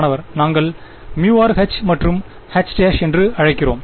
மாணவர் நாங்கள் μr H மற்றும் H டேஷ் என்று அழைத்தோம்